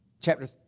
chapter